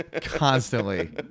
Constantly